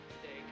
today